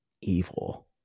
evil